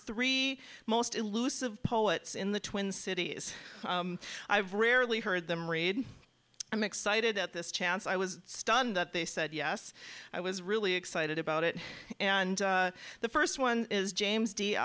three most elusive poets in the twin cities i've rarely heard them read i'm excited at this chance i was stunned that they said yes i was really excited about it and the first one is james d